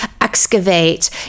excavate